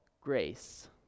grace